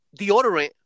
deodorant